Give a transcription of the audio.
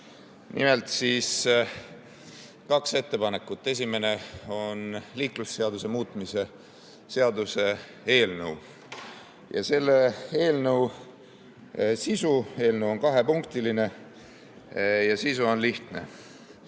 [meil on] kaks ettepanekut. Esimene on liiklusseaduse muutmise seaduse eelnõu. Selle eelnõu sisu – eelnõu on kahepunktiline – on lihtne: